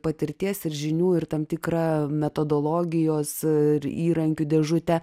patirties ir žinių ir tam tikrą metodologijos ir įrankių dėžutę